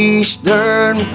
Eastern